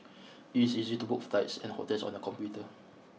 it is easy to book flights and hotels on the computer